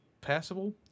Passable